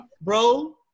Bro